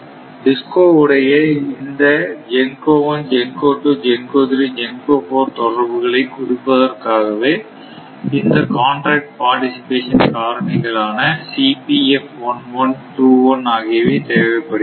DISCO உடைய இந்த GENCO 1 GENCO 2 GENCO 3 GENCO 4 தொடர்புகளை குறிப்பதற்காகவே இந்த காண்டாக்ட் பார்டிசிபேசன் காரணிகளான ஆகியவை தேவைப்படுகின்றன